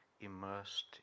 immersed